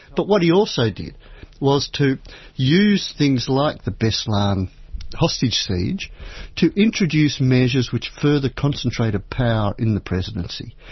but what he also did was to use things like the beslan hostage siege to introduce measures which further concentrated power in the presidency.